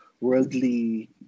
worldly